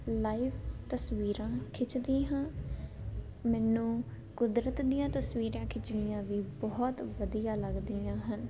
live ਤਸਵੀਰਾਂ ਖਿੱਚਦੀ ਹਾਂ ਮੈਨੂੰ ਕੁਦਰਤ ਦੀਆਂ ਤਸਵੀਰਾਂ ਖਿੱਚਣੀਆਂ ਵੀ ਬਹੁਤ ਵਧੀਆ ਲੱਗਦੀਆਂ ਹਨ